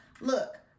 Look